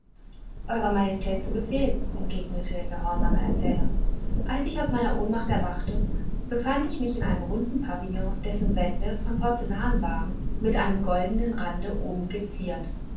eurer majestät zu befehl entgegnete der gehorsame erzähler als ich aus meiner ohnmacht erwachte befand ich mich in einem runden pavillon dessen wände von porzellan waren mit einem goldnen rande oben geziert